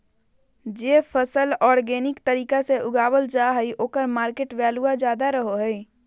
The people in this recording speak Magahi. जे फसल ऑर्गेनिक तरीका से उगावल जा हइ ओकर मार्केट वैल्यूआ ज्यादा रहो हइ